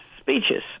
speeches